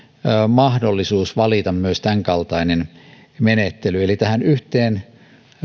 mahdollisuus valita myös tämänkaltainen menettely eli tähän yhteen